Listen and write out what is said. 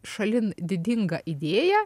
šalin didingą idėją